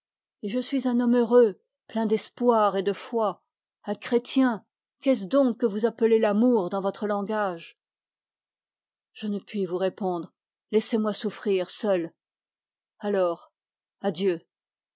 et je suis un homme heureux plein d'espoir et de foi un chrétien qu'est-ce donc que vous appelez l'amour dans votre langage je ne puis vous répondre laissez-moi souffrir seul alors adieu